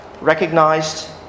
recognized